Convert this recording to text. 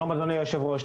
שלום אדוני היושב-ראש,